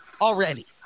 already